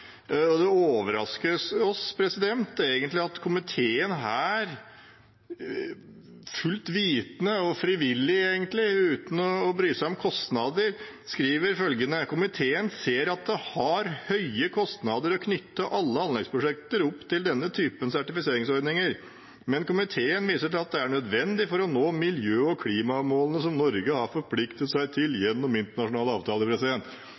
Det overrasker oss egentlig at komiteen her, fullt vitende og frivillig, uten å bry seg om kostnader, skriver: «Komiteen ser at det har høye kostnader å knytte alle anleggsprosjekter opp til denne typen sertifiseringsordninger, men komiteen viser til at det er nødvendig for å nå miljø- og klimamålene som Norge har forpliktet seg til gjennom internasjonale avtaler.»